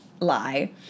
lie